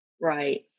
Right